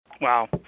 Wow